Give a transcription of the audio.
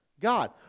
God